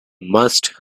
must